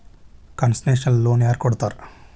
Concessional loan ಯಾರಿಗ್ ಕೊಡ್ತಾರ?